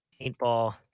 paintball